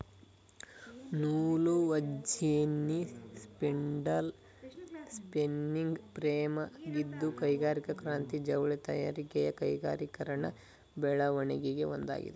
ನೂಲುವಜೆನ್ನಿ spindle spinning ಫ್ರೇಮಾಗಿದ್ದು ಕೈಗಾರಿಕಾ ಕ್ರಾಂತಿ ಜವಳಿ ತಯಾರಿಕೆಯ ಕೈಗಾರಿಕೀಕರಣ ಬೆಳವಣಿಗೆಲಿ ಒಂದಾಗಿದೆ